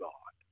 God